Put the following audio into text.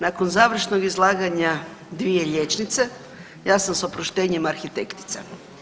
Nakon završnog izlaganja dvije liječnice, ja sam, s oproštenjem, arhitektica.